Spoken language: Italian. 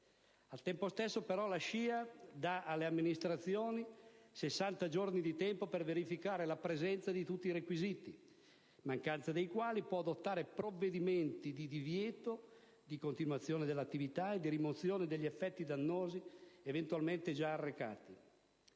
Al tempo stesso, però, la SCIA dà alle amministrazioni 60 giorni di tempo per verificare la presenza di tutti i requisiti, in mancanza dei quali può adottare provvedimenti di divieto di continuazione dell'attività e di rimozione degli effetti dannosi eventualmente già arrecati.